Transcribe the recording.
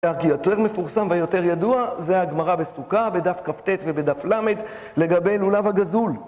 יותר מפורסם ויותר ידוע זה הגמרא בסוכה, בדף כט ובדף ל, לגבי לולב הגזול.